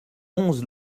onze